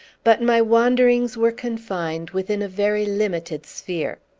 but my wanderings were confined within a very limited sphere.